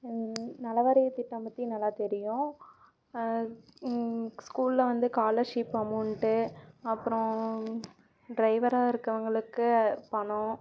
நலவாரிய திட்டம் பற்றி நல்லா தெரியும் ஸ்கூலில் வந்து ஸ்காலர்ஷிப் அமௌண்ட்டு அப்புறோம் ட்ரைவராக இருக்கிறவங்களுக்கு பணம்